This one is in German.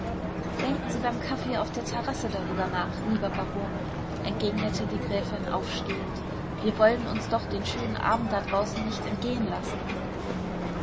denken sie beim kaffee auf der terrasse darüber nach lieber baron entgegnete die gräfin aufstehend wir wollen uns doch den schönen abend da draußen nicht entgehen lassen